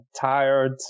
tired